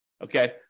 Okay